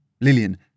Lillian